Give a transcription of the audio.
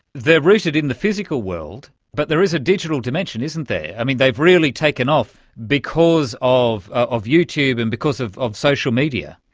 rooted in the physical world, but there is a digital dimension isn't there? i mean, they've really taken off because of of youtube and because of of social media.